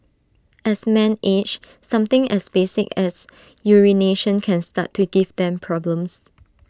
as men age something as basic as urination can start to give them problems